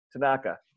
Tanaka